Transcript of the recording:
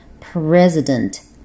President